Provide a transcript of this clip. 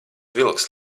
vilks